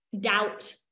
doubt